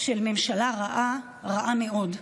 של ממשלה רעה, רעה מאוד,